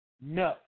No